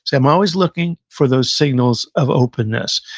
so i'm always looking for those signals of openness.